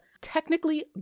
technically